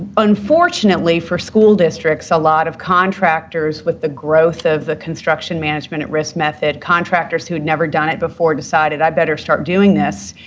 unfortunately for school districts, a lot of contractors with the growth of the construction manager but at risk method, contractors who'd never done before decided, i'd better start doing this,